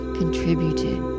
contributed